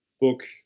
book